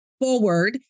forward